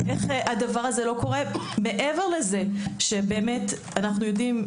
מעבר לזה שאנו יודעים,